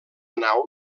nau